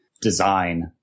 design